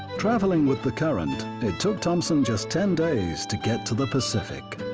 traveling with the current, it took thompson just ten days to get to the pacific.